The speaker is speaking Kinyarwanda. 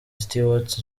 stewart